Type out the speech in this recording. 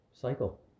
cycle